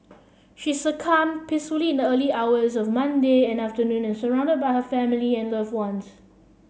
she succumbed peacefully in the early hours of Monday and afternoon and surrounded by her family and loved ones